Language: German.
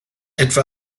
etwa